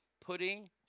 pudding